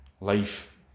life